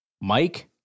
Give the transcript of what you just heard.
Mike